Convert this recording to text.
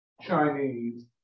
Chinese